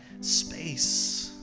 space